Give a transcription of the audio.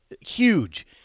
huge